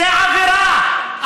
זו עבירה.